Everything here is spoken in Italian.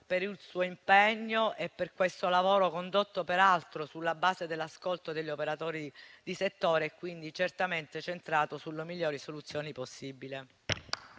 per il suo impegno e per il lavoro condotto peraltro sulla base dell'ascolto degli operatori di settore e quindi certamente centrato sulle migliori soluzioni possibili.